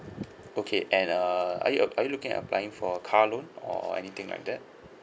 okay and uh are you a are you looking at applying for car loan or anything like that